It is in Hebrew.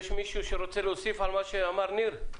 יש מישהו שרוצה להוסיף על מה שאמר ניר?